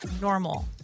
normal